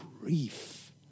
grief